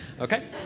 Okay